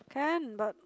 can but